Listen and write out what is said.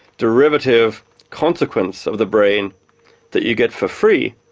derivative consequence of the brain that you get for free,